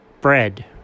bread